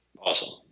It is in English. awesome